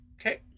Okay